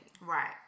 Right